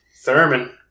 Thurman